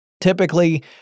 typically